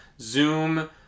Zoom